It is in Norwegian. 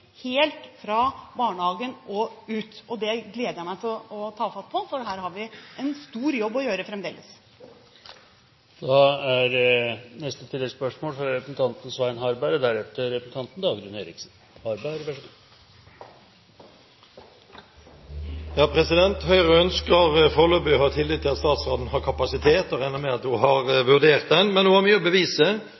helt fra barnehagen og ut. Det gleder jeg meg til å ta fatt på, for her har vi en stor jobb å gjøre fremdeles. Svein Harberg – til oppfølgingsspørsmål. Høyre ønsker foreløpig å ha tillit til at statsråden har kapasitet, og regner med at hun har vurdert den. Men hun har mye å bevise,